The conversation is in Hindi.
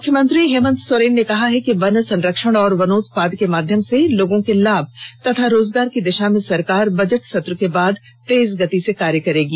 मुख्यमंत्री हेमन्त सोरेन ने कहा है कि वन संरक्षण एवं वनोउत्पाद के माध्यम से लोगों के लाभ तथा रोजगार की दिशा में सरकार बजट सत्र के बाद तेज गति से कार्य करेगी